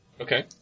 Okay